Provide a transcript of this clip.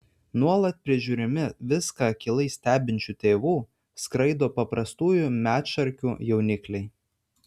nuolat prižiūrimi viską akylai stebinčių tėvų skraido paprastųjų medšarkių jaunikliai